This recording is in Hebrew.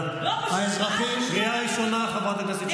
האמירה השנייה, האמירה השנייה מורכבת מעט.